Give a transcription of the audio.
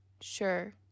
Sure